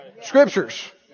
Scriptures